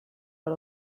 out